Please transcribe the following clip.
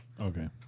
Okay